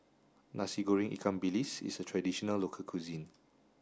Nasi Goreng Ikan Bilis is a traditional local cuisine